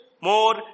more